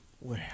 Wow